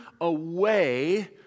away